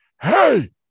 hey